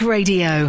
Radio